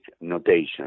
notation